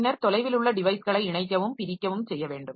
பின்னர் தொலைவில் உள்ள டிவைஸ்களை இணைக்கவும் பிரிக்கவும் செய்ய வேண்டும்